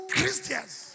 Christians